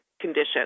conditions